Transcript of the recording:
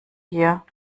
hier